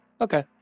Okay